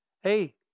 Hey